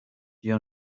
you